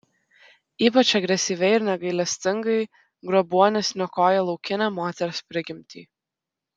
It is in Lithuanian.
ypač agresyviai ir negailestingai grobuonis niokoja laukinę moters prigimtį